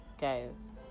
guys